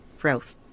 growth